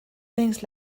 things